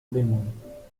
بمون